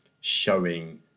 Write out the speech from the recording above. showing